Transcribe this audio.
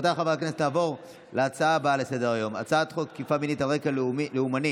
42 בעד, שבעה מתנגדים, אין נמנעים.